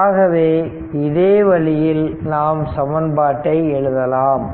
ஆகவே இதே வழியில் நாம் சமன்பாட்டை எழுதலாம்